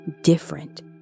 different